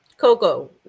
Coco